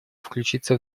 включиться